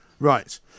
Right